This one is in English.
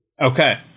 okay